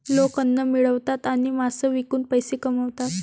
लोक अन्न मिळवतात आणि मांस विकून पैसे कमवतात